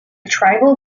tribal